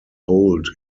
hold